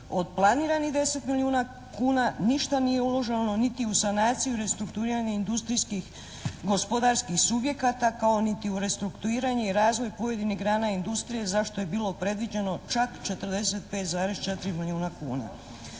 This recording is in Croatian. Od planiranih 10 milijuna kuna ništa nije uloženo niti u sanaciju i restrukturiranje industrijskih gospodarskih subjekata, kao niti u restrukturiranje i razvoj pojedinih grana industrije za što je bilo predviđeno čak 45,4 milijuna kuna.